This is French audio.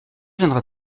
viendra